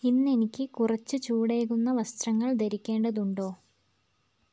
ഇന്ന് എനിക്ക് കുറച്ച് ചൂടേകുന്ന വസ്ത്രങ്ങൾ ധരിക്കേണ്ടതുണ്ടോ